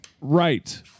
right